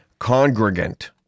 congregant